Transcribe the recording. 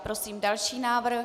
Prosím další návrh.